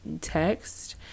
text